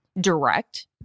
direct